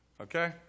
Okay